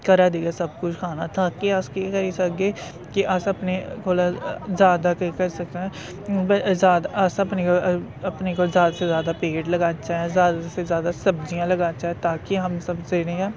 घरा दे गै सब कुछ खाना ताकि अस केह् करी सकगे के अस अपने कोला जैदा केह् करी सकने जादा अस अपने अपने कोला जादा से जादा पेड़ लगाचै जादा से जादा सब्जियां लगाचै ताकि हम